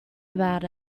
about